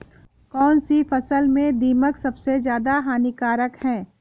कौनसी फसल में दीमक सबसे ज्यादा हानिकारक है?